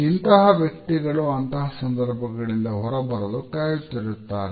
ಇಂತಹ ವ್ಯಕ್ತಿಗಳು ಅಂತಹ ಸಂದರ್ಭಗಳಿಂದ ಹೊರಬರಲು ಕಾಯುತ್ತಿರುತ್ತಾರೆ